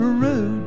rude